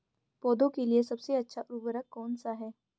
पौधों के लिए सबसे अच्छा उर्वरक कौन सा है?